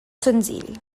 senzill